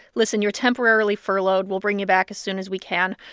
listen you're temporarily furloughed we'll bring you back as soon as we can.